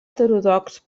heterodox